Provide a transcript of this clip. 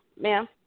Ma'am